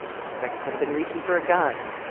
suspect could have been reaching for a gun,